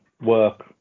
work